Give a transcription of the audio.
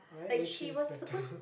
like she was suppose